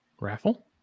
raffle